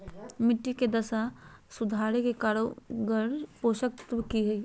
मिट्टी के दशा सुधारे के कारगर पोषक तत्व की है?